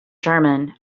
german